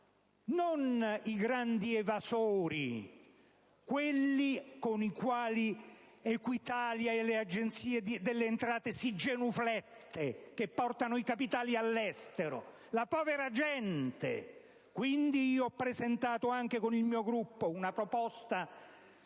non dei grandi evasori (quelli con i quali Equitalia e le Agenzie delle entrate si genuflettono, che portano i capitali all'estero): è la povera gente! Quindi ho presentato, anche con il mio Gruppo, un disegno